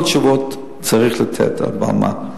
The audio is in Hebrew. ולא את כל התשובות צריך לתת מעל הבמה.